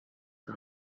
are